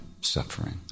suffering